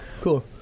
cool